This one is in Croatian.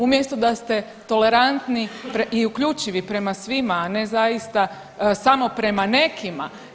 Umjesto da ste tolerantni i uključivi prema svima, a ne zaista prema nekima.